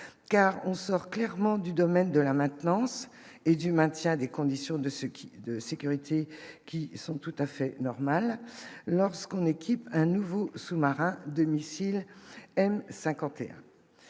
car on sort clairement du domaine de la maintenance et du maintien des conditions de ce qui de sécurité qui sont tout à fait normal lorsqu'on équipe un nouveau sous-marin 2 missiles M-51,